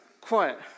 quiet